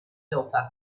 helper